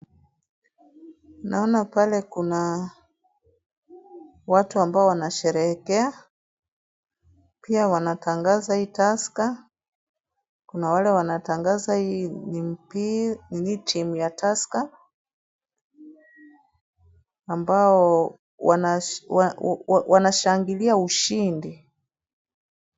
Naona pale kuna watu ambao wanasherehekea, pia wanatangaza hii Tusker. Kuna wale wanatangaza hii ni mpi, ni timu ya Tusker. Ambao wanashangilia ushindi.